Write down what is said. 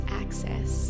access